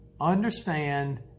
Understand